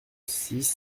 six